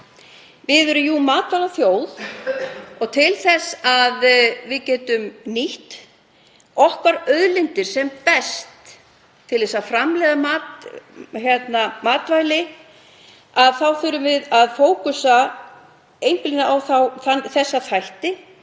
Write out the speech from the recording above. Við erum jú matvælaþjóð og til þess að við getum nýtt okkar auðlindir sem best til að framleiða matvæli þurfum við að einblína á þessa þætti.